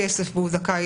כמה לא נשאר?